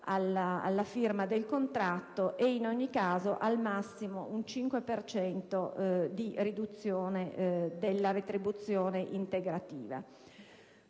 alla firma del contratto ed in ogni caso al massimo un 5 per cento di riduzione della retribuzione integrativa.